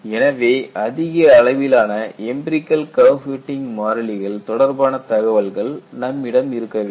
எனவே அதிக அளவிலான எம்பிரிகல் கர்வ் ஃ பிட்டிங் மாறிலிகள் தொடர்பான தகவல்கள் நம்மிடம் இருக்க வேண்டும்